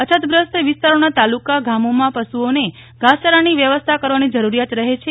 અછતગ્રસ્તા વિસ્તા રોના તાલુકાગામોમાં પશુઓને ઘાસચારાની વ્યાવસ્થાશ કરવાની જરૂરિયાત રહે છે